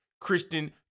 Christian